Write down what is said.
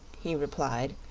he replied,